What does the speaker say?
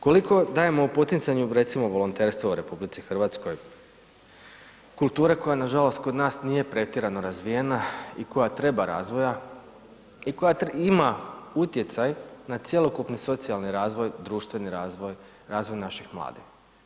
Koliko dajemo u poticanju recimo volonterstva u RH, kulture koja nažalost kod nas nije pretjerano razvijena i koja treba razvoja i koja ima utjecaj na cjelokupni socijalni razvoj, društveni razvoj, razvoj naših mladih.